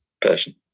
person